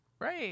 Right